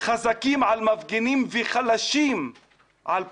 חזקים על מפגינים וחלשים מעל פושעים.